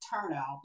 turnout